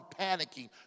panicking